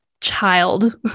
child